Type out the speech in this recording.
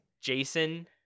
Jason